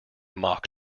mock